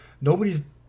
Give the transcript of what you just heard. nobody's